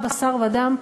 בשר ודם,